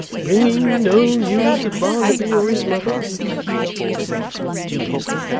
bringing no news of barnaby, or his mother said the locksmith dubiously.